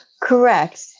Correct